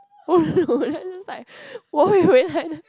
then I just like 我回回来的:wo hui huilai de